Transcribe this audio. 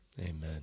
Amen